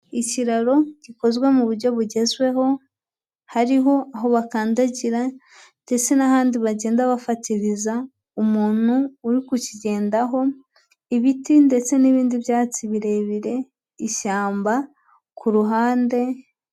Ikiraro gikozwe mu buryo bugezweho, hariho aho bakandagira ndetse n'ahandi bagenda bafatiriza umuntu uri kukigendaho, ibiti ndetse n'ibindi byatsi birebire, ishyamba ku ruhande...